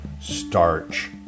starch